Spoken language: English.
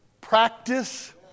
practice